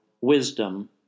wisdom